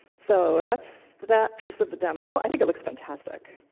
so that's that piece of the demo. i think it looks fantastic,